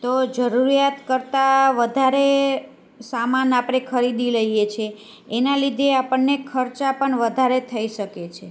તો જરૂરિયાત કરતાં વધારે સામાન આપણે ખરીદી લઈએ છે એના લીધે આપણને ખર્ચા પણ વધારે થઈ શકે છે